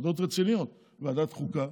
ועדות רציניות: ועדת החוקה